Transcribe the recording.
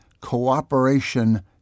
Cooperation